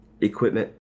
equipment